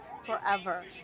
forever